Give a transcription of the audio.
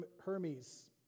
Hermes